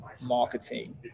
marketing